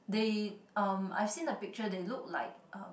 they um I've seen the picture they look like